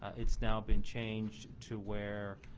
it's now been changed to where